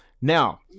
Now